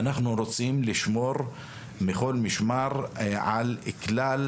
ואנחנו רוצים לשמור מכל משמר על כלל